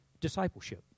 discipleship